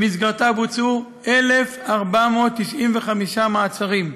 שבמסגרתה בוצעו 1,495 מעצרים,